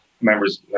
members